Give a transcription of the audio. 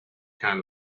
kind